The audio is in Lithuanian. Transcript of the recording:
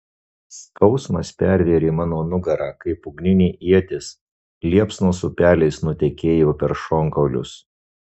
skausmas pervėrė mano nugarą kaip ugninė ietis liepsnos upeliais nutekėjo per šonkaulius